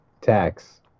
tax